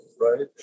Right